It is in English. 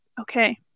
okay